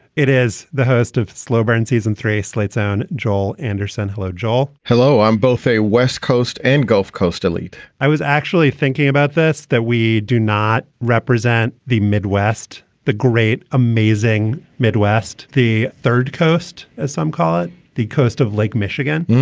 it is the host of slow burn season three, slate's own joel anderson. hello, joel hello. i'm both a west coast and gulf coast elite i was actually thinking about this, that we do not represent the midwest, the great, amazing midwest, the third coast, as some call it, the coast of lake michigan.